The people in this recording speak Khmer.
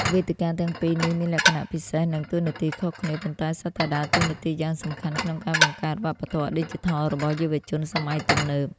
វេទិកាទាំងពីរនេះមានលក្ខណៈពិសេស និងតួនាទីខុសគ្នា ប៉ុន្តែសុទ្ធតែដើរតួនាទីយ៉ាងសំខាន់ក្នុងការបង្កើតវប្បធម៌ឌីជីថលរបស់យុវជនសម័យទំនើប។